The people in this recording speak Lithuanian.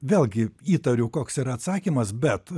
vėlgi įtariu koks yra atsakymas bet